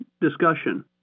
discussion